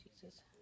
Jesus